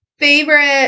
Favorite